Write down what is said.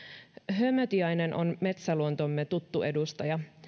hömötiainen on metsäluontomme tuttu edustaja